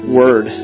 word